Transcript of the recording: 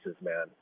man